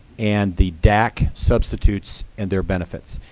and the dac substitutes and their benefits.